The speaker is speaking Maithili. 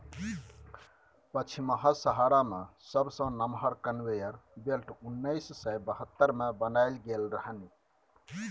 पछिमाहा सहारा मे सबसँ नमहर कन्वेयर बेल्ट उन्नैस सय बहत्तर मे बनाएल गेल रहनि